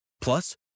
Plus